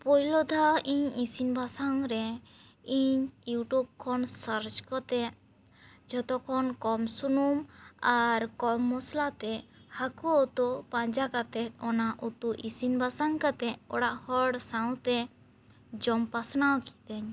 ᱯᱳᱭᱞᱳ ᱫᱷᱟᱣ ᱤᱧ ᱤᱥᱤᱱ ᱵᱟᱥᱟᱝ ᱨᱮ ᱤᱧ ᱭᱩᱴᱩᱵᱽ ᱠᱷᱚᱱ ᱥᱟᱨᱪ ᱠᱟᱛᱮ ᱡᱷᱚᱛᱚ ᱠᱷᱚᱱ ᱠᱚᱢ ᱥᱩᱱᱩᱢ ᱟᱨ ᱠᱚᱢ ᱢᱚᱥᱞᱟ ᱛᱮ ᱦᱟᱹᱠᱩ ᱩᱛᱩ ᱯᱟᱸᱡᱟ ᱠᱟᱛᱮ ᱚᱱᱟ ᱩᱛᱩ ᱤᱥᱤᱱ ᱵᱟᱥᱟᱝ ᱠᱟᱛᱮ ᱚᱲᱟᱜ ᱦᱚᱲ ᱥᱟᱶ ᱛᱮ ᱡᱚᱢ ᱯᱟᱥᱱᱟᱣ ᱠᱤᱫᱟᱹᱧ